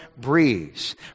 breeze